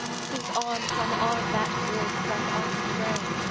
since arm from arm that voice doth us affray,